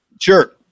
Sure